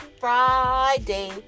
Friday